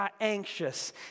anxious